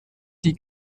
die